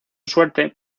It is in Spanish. suerte